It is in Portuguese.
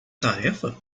tarefa